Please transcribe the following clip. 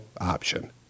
Option